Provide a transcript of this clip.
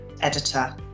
editor